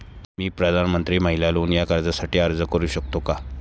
मी प्रधानमंत्री महिला लोन या कर्जासाठी अर्ज करू शकतो का?